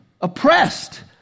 Oppressed